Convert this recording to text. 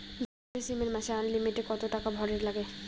Jio SIM এ মাসে unlimited কত টাকা ভরের নাগে?